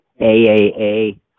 aaa